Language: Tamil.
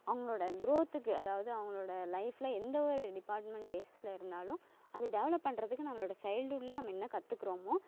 அவங்களோடய க்ரோத்துக்கு அதாவது அவங்களோடய லைஃபில் எந்த ஒரு டிபார்ட்மெண்ட் பேஸஸில் இருந்தாலும் அதை டெவெலப் பண்ணுறதுக்கு நம்மளோடய சைல்ட்வுட்டில் நம்ம என்ன கற்றுக்கிறோமோ